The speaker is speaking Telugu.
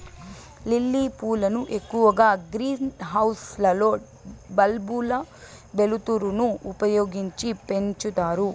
లిల్లీ పూలను ఎక్కువగా గ్రీన్ హౌస్ లలో బల్బుల వెలుతురును ఉపయోగించి పెంచుతారు